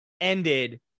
ended